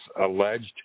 alleged